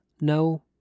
no